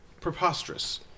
preposterous